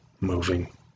moving